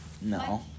no